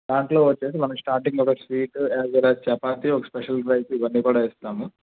దాంట్లో వచ్చి మనకు స్టార్టింగ్ ఒక స్వీటు అస్ వెల్ అస్ చపాతీ ఒక స్పెషల్ రైస్ ఇవన్నీ కూడా ఇస్తాము